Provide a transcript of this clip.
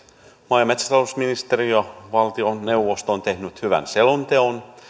maa ja metsätalousministeriö ja valtioneuvosto ovat tehneet hyvän selonteon